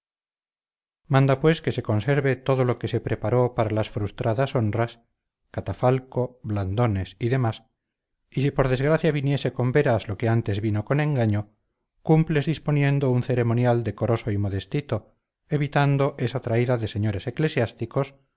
manda pues que se conserve todo lo que se preparó para las frustradas honras catafalco blandones y demás y si por desgracia viniese con veras lo que antes vino con engaño cumples disponiendo un ceremonial decoroso y modestito evitando esa traída de señores eclesiásticos